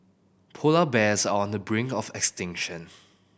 polar bears are on the brink of extinction